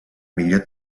millor